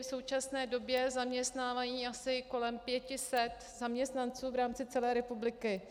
V současné době zaměstnávají asi kolem 500 zaměstnanců v rámci celé republiky.